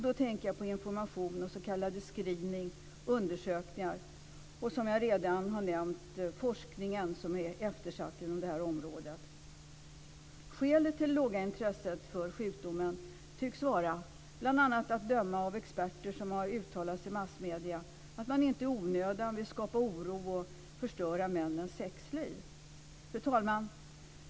Då tänker jag på information och s.k. screeningundersökningar och forskningen, som jag redan nämnt och som är eftersatt inom detta område. Skälet till det låga intresset för sjukdomen tycks vara, bl.a. att döma av experter som har uttalat sig i massmedierna, att man inte i onödan vill skapa oro och förstöra männens sexliv. Fru talman!